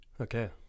okay